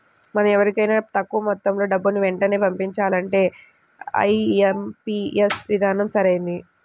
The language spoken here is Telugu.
మనం వేరెవరికైనా తక్కువ మొత్తంలో డబ్బుని వెంటనే పంపించాలంటే ఐ.ఎం.పీ.యస్ విధానం సరైనది